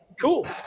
cool